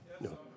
No